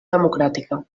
democràtica